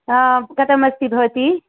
कथमस्ति भवती